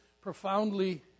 profoundly